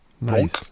Nice